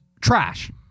trash